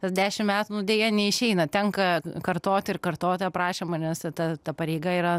tas dešimt metų nu deja neišeina tenka kartoti ir kartot tą prašymą nes ta ta pareiga yra